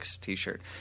T-shirt